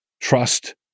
trust